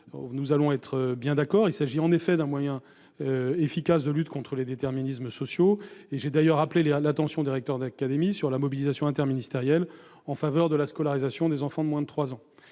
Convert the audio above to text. nous sommes bien d'accord : il s'agit d'un moyen efficace de lutte contre les déterminismes sociaux. C'est pourquoi j'ai appelé l'attention des recteurs d'académie sur la mobilisation interministérielle en faveur de la scolarisation des enfants de moins de trois